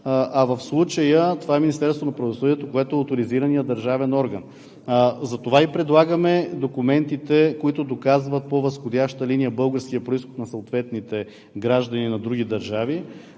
а в случая това е Министерството на правосъдието, което е оторизираният държавен орган. Затова и предлагаме документите, които доказват по възходяща линия българския произход на съответните граждани на други държави,